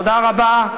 תודה רבה,